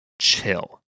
chill